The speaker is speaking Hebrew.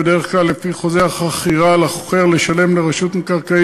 בדרך כלל לפי חוזה החכירה על החוכר לשלם לרשות מקרקעי